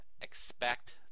expect